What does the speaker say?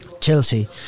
Chelsea